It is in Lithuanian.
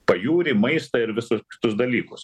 pajūrį maistą ir visus kitus dalykus